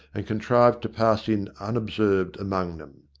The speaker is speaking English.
and contrived to pass in unobserved among them.